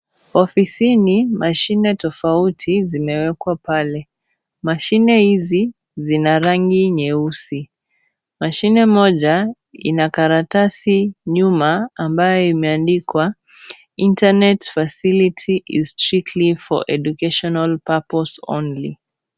Ofisini, mashine tofauti zimewekwa pale, mashine hizi, zina rangi nyeusi. Mashine moja, ina karatasi nyuma, ambayo imeandikwa Internet facility is strictly for educational purpose only .